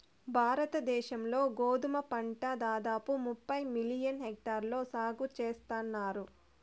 భారత దేశం లో గోధుమ పంట దాదాపు ముప్పై మిలియన్ హెక్టార్లలో సాగు చేస్తన్నారు